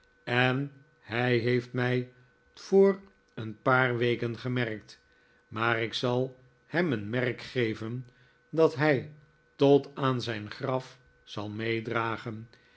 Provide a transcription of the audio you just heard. en hij heeft mij voor een paar weken gemerkt maar ik zal hem een merk geven dat hij tot aan zijn graf zal meedragen